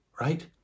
right